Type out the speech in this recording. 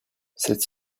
cette